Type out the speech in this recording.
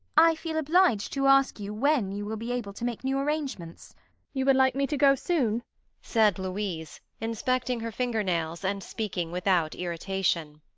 i feel obliged to ask you when you will be able to make new arrangements you would like me to go soon said louise, inspecting her finger-nails, and speaking without irritation.